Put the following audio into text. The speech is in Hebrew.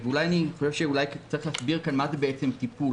אולי צריך להסביר כאן מה זה בעצם טיפול,